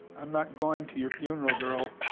i'm not going to your funeral, girl.